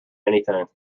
anything